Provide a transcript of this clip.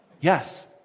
Yes